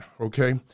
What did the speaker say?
okay